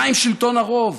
מה עם שלטון הרוב,